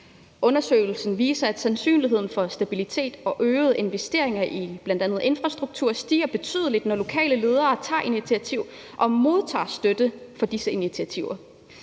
Undersøgelsen viste, at sandsynlighed for stabilitet og øgede investeringer i bl.a. infrastruktur stiger betydeligt, når lokale ledere tager initiativer og modtager støtte for disse initiativer.